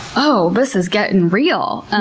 oh. this is getting real.